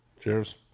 Cheers